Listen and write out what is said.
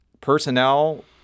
personnel